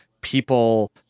people